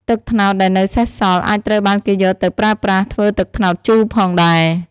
ទឹកត្នោតដែលនៅសេសសល់អាចត្រូវបានគេយកទៅប្រើសម្រាប់ធ្វើទឹកត្នោតជូរផងដែរ។